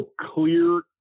clear